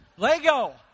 Lego